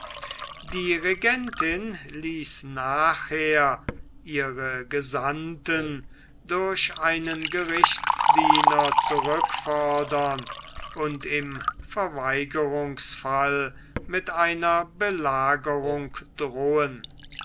die regentin ließ nachher ihre gesandten durch einen gerichtsdiener zurückfordern und im verweigerungsfall mit einer belagerung drohen